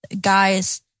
guys